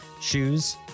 shoes